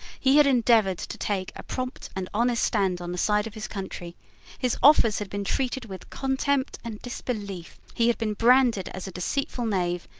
he had endeavored to take a prompt and honest stand on the side of his country his offers had been treated with contempt and disbelief he had been branded as a deceitful knave,